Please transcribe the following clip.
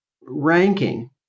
ranking